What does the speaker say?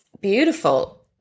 beautiful